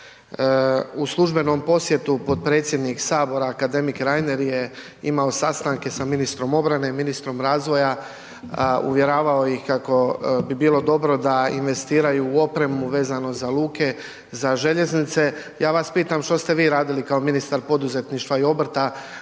u službenom posjetu potpredsjednik sabora akademik Reiner je imao sastanke sa ministrom obrane i ministrom razvoja, uvjeravao ih kako bi bilo dobro da investiraju u opremu vezano za luke, za željeznice, ja vas pitam što ste vi radili kao ministar poduzetništva i obrta